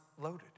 Loaded